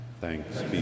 thanks